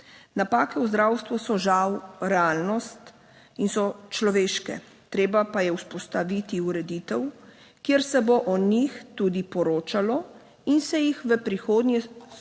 Napake v zdravstvu so žal realnost in so človeške, treba pa je vzpostaviti ureditev, kjer se bo o njih tudi poročalo in se jih v prihodnje skušalo